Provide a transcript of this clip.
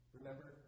Remember